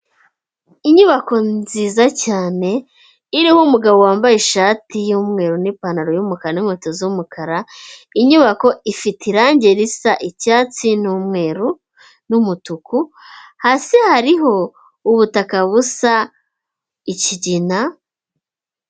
Inyubako nziza cyane iriho umugabo wambaye ishati y'umweru n'ipantaro yumukara n'inkweto z'umukara, inyubako ifite irangi risa icyatsi n'umweru n'umutuku hasi hariho ubutaka busa ikigina.